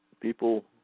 People